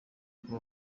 kuba